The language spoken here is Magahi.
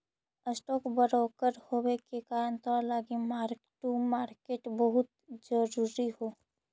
स्टॉक ब्रोकर होबे के कारण तोरा लागी मार्क टू मार्केट बहुत जरूरी हो